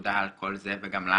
ותודה על כל זה וגם לך.